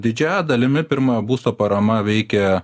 didžiąja dalimi pirmojo būsto parama veikia